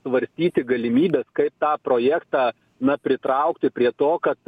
svarstyti galimybes kaip tą projektą na pritraukti prie to kad